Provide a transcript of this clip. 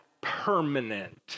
permanent